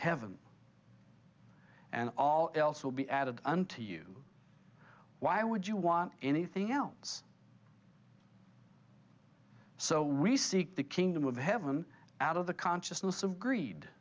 heaven and all else will be added unto you why would you want anything else so we seek the kingdom of heaven out of the consciousness of greed